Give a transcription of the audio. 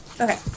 Okay